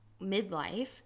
midlife